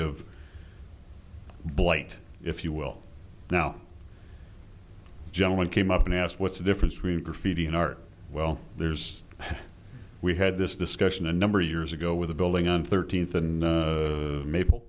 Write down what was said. of blight if you will now gentlemen came up and asked what's the difference between graffiti and art well there's we had this discussion a number of years ago with a building on thirteenth and the maple